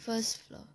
first floor